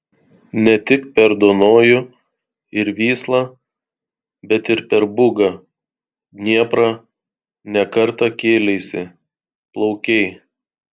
ne tik per dunojų ir vyslą bet ir per bugą dnieprą ne kartą kėleisi plaukei